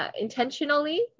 Intentionally